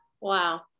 Wow